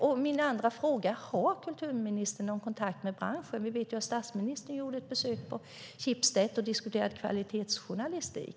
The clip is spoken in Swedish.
Och har kulturministern någon kontakt med branschen? Vi vet att statsministern nyligen gjorde ett besök på Schibsted för att diskutera kvalitetsjournalistik.